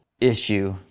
issue